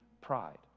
pride